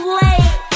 late